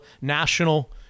national